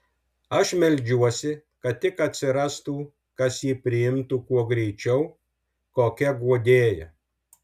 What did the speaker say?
aš meldžiuosi kad tik atsirastų kas jį priimtų kuo greičiau kokia guodėja